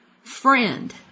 friend